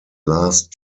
last